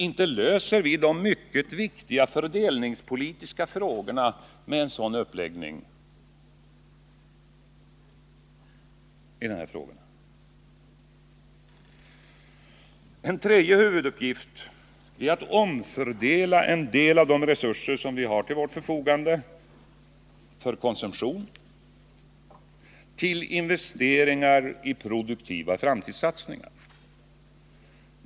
Inte löser vi de mycket viktiga fördelningspolitiska frågorna med en sådan uppläggning. En tredje huvuduppgift är att omfördela en del av de resurser som vi har till vårt förfogande från konsumtion till investeringar i produktiva framtidssatsningar.